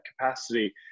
capacity